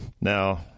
Now